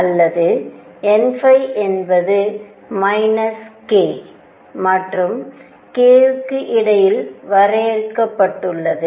அல்லது n என்பது minus k மற்றும் k க்கு இடையில் வரையறுக்கப்பட்டுள்ளது